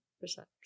percent